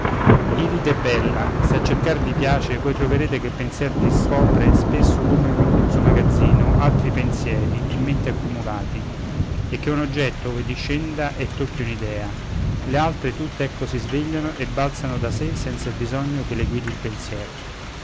iride bella se a cercar vi piace voi troverete che il pensier discopre spesso come in rinchiuso magazzino altri pensieri in mente accumulati e che un oggetto ove discenda e tocchi un'idea l'altre tutte ecco si svegliano e balzano da sé senza il bisogno che le guidi il pensier